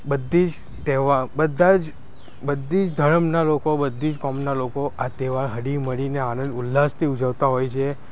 બધા જ તહેવાર બધા જ બધી જ ધર્મના લોકો બધી જ કોમના લોકો આ તહેવાર હળી મળીને આનંદ ઉલ્લાસથી ઉજવતા હોય છે